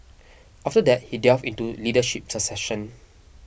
after that he delved into leadership succession